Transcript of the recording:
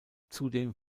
zudem